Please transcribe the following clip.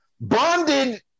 bonded